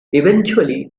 eventually